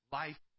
life